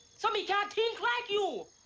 so me can't think like you!